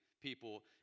people